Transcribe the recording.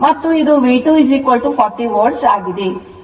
ಮತ್ತು ಇದು V2 40 volt ಆಗಿದೆ